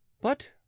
But